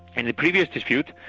and the previous dispute,